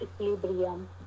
equilibrium